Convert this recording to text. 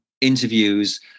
interviews